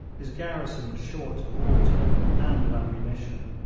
his garrison was short of water and of ammunition,